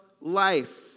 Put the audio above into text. life